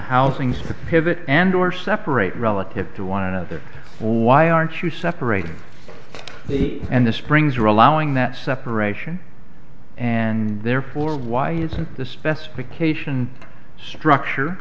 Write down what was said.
and or separate relative to one another why aren't you separating the and the springs or allowing that separation and therefore why isn't the specification structure